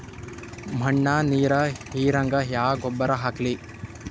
ಮಣ್ಣ ನೀರ ಹೀರಂಗ ಯಾ ಗೊಬ್ಬರ ಹಾಕ್ಲಿ?